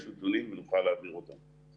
יש נתונים ונוכל להעביר אותם.